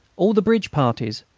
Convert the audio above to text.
all the bridge parties,